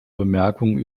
bemerkung